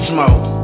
Smoke